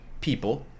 people